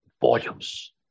volumes